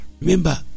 Remember